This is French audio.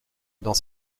dans